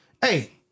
Hey